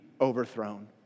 overthrown